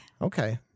Okay